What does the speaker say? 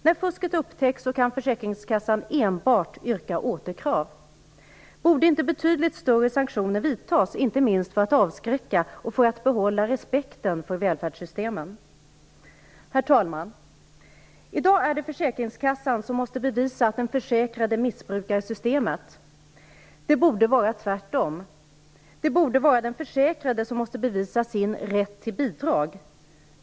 När fusket upptäcks kan Försäkringskassan enbart yrka på återbetalning. Borde inte betydligt större sanktioner vidtas, inte minst för att avskräcka och för att behålla respekten för välfärdssystemen? Herr talman! I dag är det Försäkringskassan som måste bevisa att den försäkrade missbrukar systemet. Det borde tvärtom vara den försäkrade som måste bevisa sin rätt till bidrag.